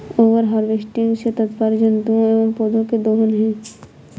over harvesting से तात्पर्य जंतुओं एंव पौधौं के दोहन से है